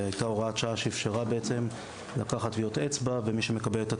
הייתה הוראת שעה שאפשרה לקחת טביעות אצבע ומי שמקבל את התיעוד,